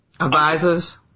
advisors